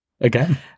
Again